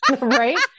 right